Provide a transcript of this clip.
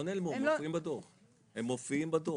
הם לא נעלמו, הם מופיעים בדוח.